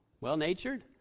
well-natured